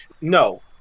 no